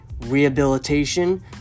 rehabilitation